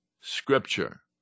Scripture